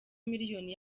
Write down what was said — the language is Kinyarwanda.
miliyoni